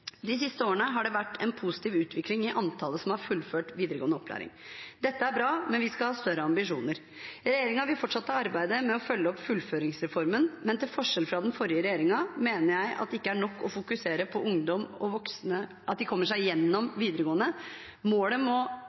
De siste årene har det vært en positiv utvikling i antallet som har fullført videregående opplæring. Dette er bra, men vi skal ha større ambisjoner. Regjeringen vil fortsette arbeidet med å følge opp fullføringsreformen. Men til forskjell fra den forrige regjeringen, mener jeg at det ikke er nok å fokusere på at ungdom og voksne kommer seg gjennom videregående opplæring. Målet må